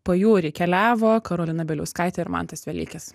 pajūrį keliavo karolina bieliauskaitė ir mantas velykis